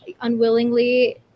unwillingly